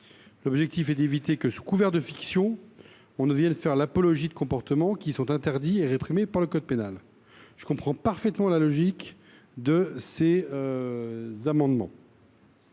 L’objectif est d’éviter que, sous couvert de fiction, on ne vienne faire l’apologie de comportements interdits et réprimés par le code pénal. Je comprends parfaitement la logique de cet amendement,